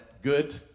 Good